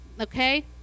Okay